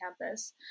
campus